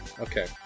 okay